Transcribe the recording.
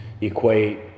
equate